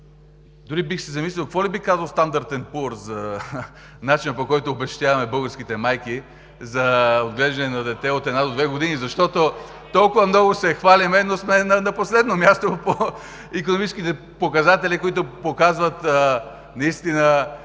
Дори бих се замислил какво ли би казал „Стандарт енд Пуърс“ за начина, по който обезщетяваме българските майки за отглеждане на дете от една до две години. (Реплики от ГЕРБ.) Толкова много се хвалим, но сме на последно място по икономическите показатели, които показват наистина